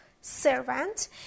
servant